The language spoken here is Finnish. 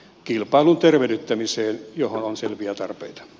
sen tervehdyttämiseen on selviä tarpeita